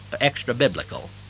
extra-biblical